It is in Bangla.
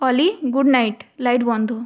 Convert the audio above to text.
অলি গুড নাইট লাইট বন্ধ